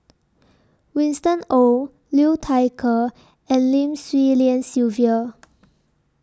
Winston Oh Liu Thai Ker and Lim Swee Lian Sylvia